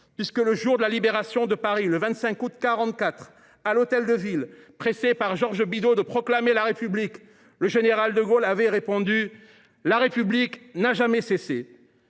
puisque le jour de la libération de Paris, le 25 août 1944, à l’Hôtel de Ville, pressé par Georges Bidault de proclamer la République, le général de Gaulle lui répondit qu’elle n’avait jamais cessé